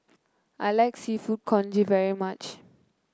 I like seafood congee very much